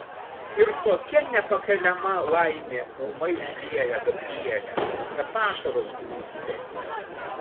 ir tokia nepakeliama laimė ūmai užlieja gabrielę kad ašaros plūsteli